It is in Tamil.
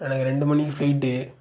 எனக்கு ரெண்டு மணிக்கு ஃபிளைட்டு